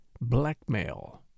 Blackmail